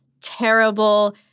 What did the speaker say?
terrible